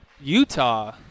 Utah